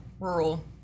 rural